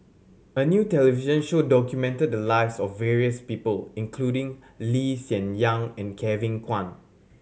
a new television show documented the lives of various people including Lee Hsien Yang and Kevin Kwan